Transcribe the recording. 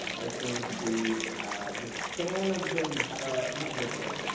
it's going to be the span of the not virtual,